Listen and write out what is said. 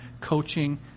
coaching